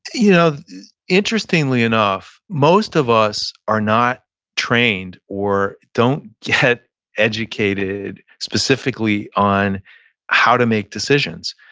you know interestingly enough, most of us are not trained or don't get educated specifically on how to make decisions.